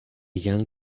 young